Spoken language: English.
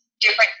different